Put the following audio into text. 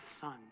son